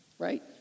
right